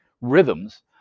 rhythms